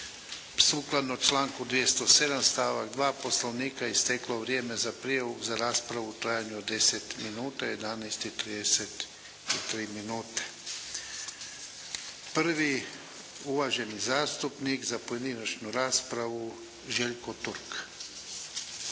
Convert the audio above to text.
sukladno članku 207. stavak 2. Poslovnika, isteklo vrijeme za prijavu za raspravu u trajanju od 10 minuta u 11,33 minute. Prvi uvaženi zastupnik za pojedinačnu raspravu Željko Turk.